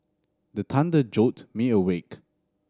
the thunder jolt me awake